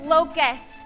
Locust